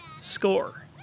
score